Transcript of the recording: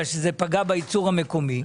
מפני שזה פגע בייצור המקומי,